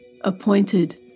appointed